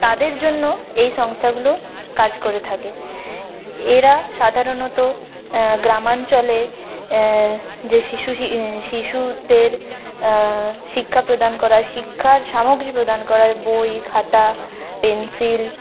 তাদের জন্য এই সংস্থাগুলো কাজ করে থাকে এরা সাধারণত গ্রামাঞ্চলে যে শিশু শিশুদের শিক্ষা প্রদান করার শিক্ষার সামগ্রী প্রদান করার বই খাতা পেনসিল